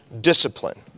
discipline